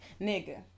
nigga